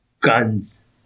guns